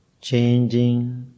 changing